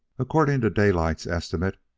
according to daylight's estimate,